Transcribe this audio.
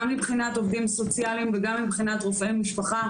גם מבחינת עובדים סוציאליים וגם מבחינת רופאי משפחה,